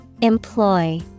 Employ